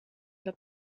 dat